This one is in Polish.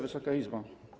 Wysoka Izbo!